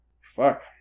Fuck